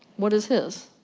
what is his?